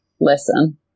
listen